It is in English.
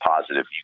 positive